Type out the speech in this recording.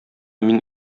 мин